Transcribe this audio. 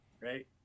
right